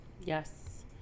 Yes